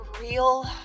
real